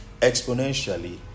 exponentially